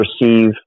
receive